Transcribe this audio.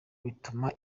bituma